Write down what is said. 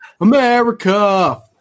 America